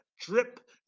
drip